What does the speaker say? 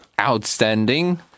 outstanding